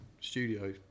studio